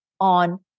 on